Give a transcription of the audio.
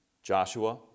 Joshua